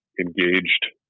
engaged